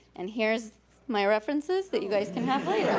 and here's my references that you guys can have later.